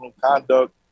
conduct